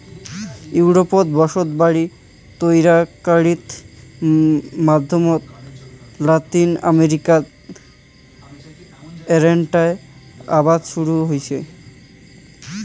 ইউরোপত বসতবাড়ি তৈয়ারকারির মাধ্যমত লাতিন আমেরিকাত এ্যাইটার আবাদ শুরুং হই